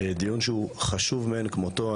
דיון שהוא חשוב מאין כמותו,